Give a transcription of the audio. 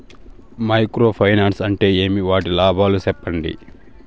Micro finance అంటే ఏమి? వాటి లాభాలు సెప్పండి?